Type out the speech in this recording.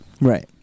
Right